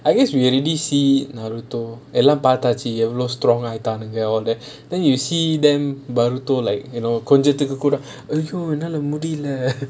I guess we already see naruto எல்லாம் பாத்தாச்சு எவ்ளோ:ellaam paathaachu evlo strong ஆகுறாங்க:aaguraanga all that then you see them boruto like you know கொஞ்சத்துக்கு கூட:konjathukku kooda !aiyo! என்னால முடியல:ennaala mudiyala